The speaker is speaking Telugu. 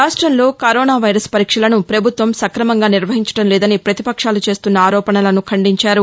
రాష్టంలో కరోనా వైరస్ పరీక్షలను పభుత్వం సక్రమంగా నిర్వహించడం లేదని పతిపక్షాలు చేస్తున్న ఆరోపణలను ఖండించారు